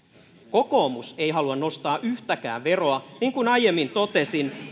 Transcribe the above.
kokoomus ei halua nostaa yhtäkään veroa niin kuin aiemmin totesin